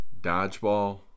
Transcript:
Dodgeball